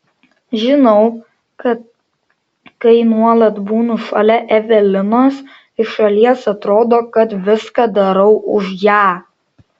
žinau kad kai nuolat būnu šalia evelinos iš šalies atrodo kad viską darau už ją